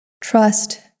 Trust